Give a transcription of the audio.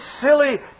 silly